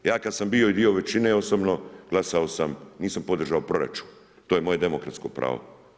Ja kada sam bio dio većine osobno, glasao sam, nisam podržao proračun, to je moje demokratsko pravo.